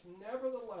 Nevertheless